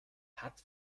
hat